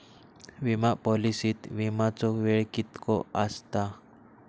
विमा पॉलिसीत विमाचो वेळ कीतको आसता?